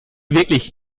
wirklich